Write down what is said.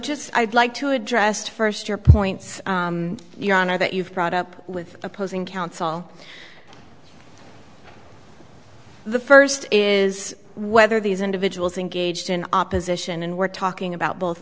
just i'd like to address first your points your honor that you've brought up with opposing counsel the first is whether these individuals engaged in opposition and we're talking about both